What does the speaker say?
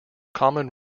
common